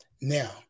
Now